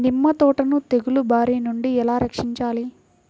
నిమ్మ తోటను తెగులు బారి నుండి ఎలా రక్షించాలి?